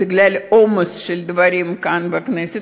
בגלל עומס של דברים כאן בכנסת.